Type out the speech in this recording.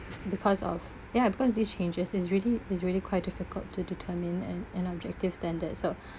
because of ya because these changes it's really it's really quite difficult to determine an an objective standard so